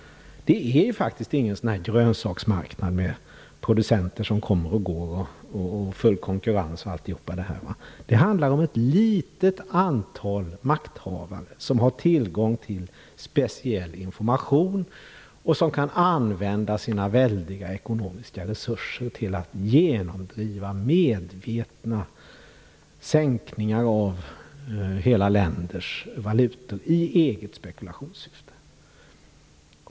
Det är faktiskt inte fråga om någon grönsaksmarknad med producenter som kommer och går, full konkurrens osv. Det handlar om ett litet antal makthavare som har tillgång till speciell information och som kan använda sina stora ekonomiska resurser till att genomdriva medvetna sänkningar av hela länders valuta i eget spekulationssyfte.